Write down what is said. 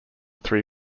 three